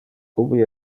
ubi